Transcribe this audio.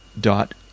dot